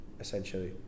essentially